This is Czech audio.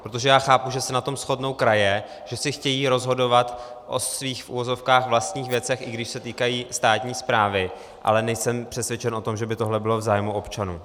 Protože já chápu, že se na tom shodnou kraje, že si chtějí rozhodovat o svých v uvozovkách vlastních věcech, i když se týkají státní správy, ale nejsem přesvědčen o tom, že by tohle bylo v zájmu občanů.